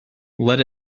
let